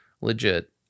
legit